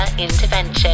intervention